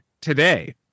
today